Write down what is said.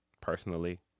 personally